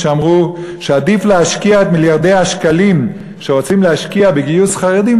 שאמרו שעדיף להשקיע את מיליארדי השקלים שרוצים להשקיע בגיוס חרדים,